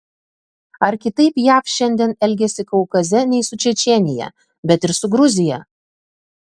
ar kitaip jav šiandien elgiasi kaukaze ne tik su čečėnija bet ir su gruzija